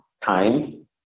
time